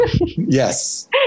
yes